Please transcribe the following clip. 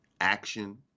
action